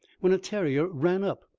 when a terrier ran up,